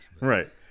Right